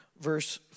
Verse